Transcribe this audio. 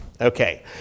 Okay